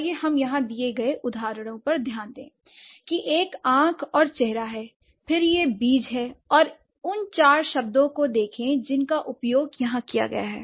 आइए हम यहां दिए गए उदाहरणों पर ध्यान दें कि एक आंख और चेहरा है फिर यह बीज है और उन चार शब्दों को देखें जिनका उपयोग यहां किया गया है